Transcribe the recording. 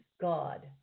God